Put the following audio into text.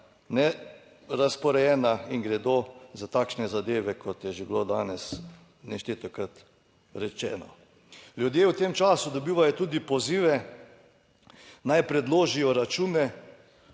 ne razporejena in gredo za takšne zadeve kot je že bilo danes neštetokrat rečeno. Ljudje v tem času dobivajo tudi pozive, naj predložijo račune,